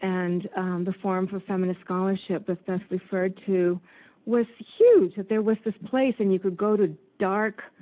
and the forum for feminist scholarship that beth referred to was huge. that there was this place and you could go to dark